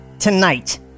tonight